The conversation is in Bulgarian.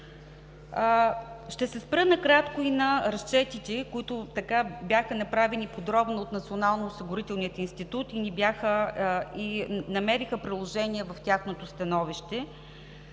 Ще се спра накратко и на разчетите, които бяха направени подробно от Националния осигурителен институт и намериха приложение в тяхното становище,